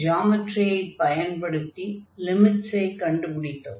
ஜாமட்ரியை பயன்படுத்தி லிமிட்ஸை கண்டுபிடித்தோம்